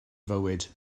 fywyd